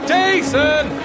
Jason